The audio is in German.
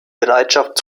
bereitschaft